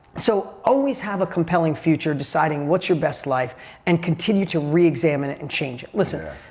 so always have a compelling future deciding what's your best life and continue to reexamine it and change it. listen,